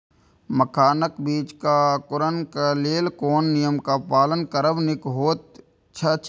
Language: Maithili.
मखानक बीज़ क अंकुरन क लेल कोन नियम क पालन करब निक होयत अछि?